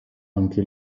anche